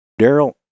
Daryl